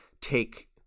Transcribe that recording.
take